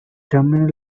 terminal